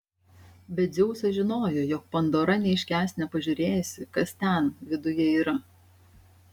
bet dzeusas žinojo jog pandora neiškęs nepažiūrėjusi kas ten viduje yra